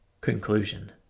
Conclusion